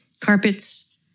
carpets